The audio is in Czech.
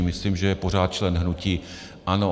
Myslím, že je pořád členem hnutí ANO.